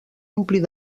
omplir